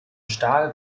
stahl